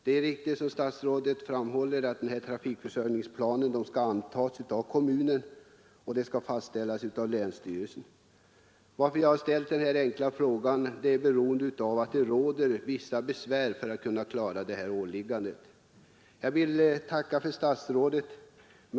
Det är riktigt, som statsrådet framhåller, att trafikförsörjningsplanen skall antas av kommunen och fastställas av länsstyrelsen. Jag har ställt denna enkla fråga därför att detta åliggande medför vissa besvär.